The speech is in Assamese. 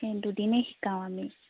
এই দুদিনেই শিকাওঁ আমি